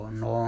no